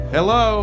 Hello